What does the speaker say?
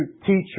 teacher